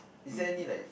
is there any like